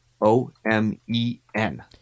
O-M-E-N